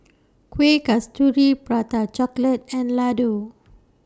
Kuih Kasturi Prata Chocolate and Laddu